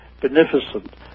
beneficent